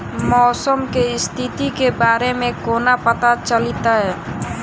मौसम केँ स्थिति केँ बारे मे कोना पत्ता चलितै?